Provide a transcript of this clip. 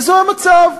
וזה המצב.